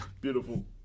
Beautiful